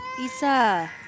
Isa